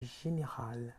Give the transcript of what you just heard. général